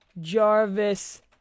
Jarvis